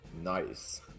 nice